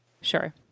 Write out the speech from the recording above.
Sure